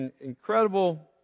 incredible